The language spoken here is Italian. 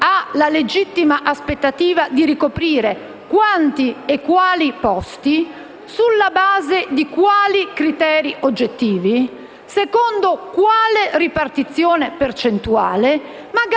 chi ha la legittima aspettativa di ricoprire quanti e quali posti, sulla base di quali criteri oggettivi, secondo quale ripartizione percentuale, magari